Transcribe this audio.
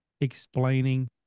explaining